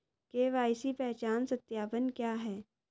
KYC पहचान सत्यापन क्या है?